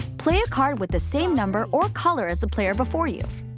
play a card with the same number or color as the player before you.